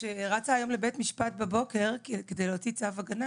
שרצה היום לבית המשפט על הבוקר על מנת להוציא צו הגנה